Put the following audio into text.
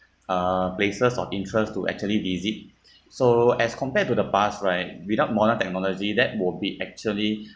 uh places of interest to actually visit so as compared to the past right without modern technology that will be actually